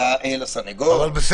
לסנגור.